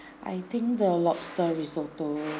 I think the lobster risotto